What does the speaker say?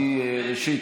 ראשית,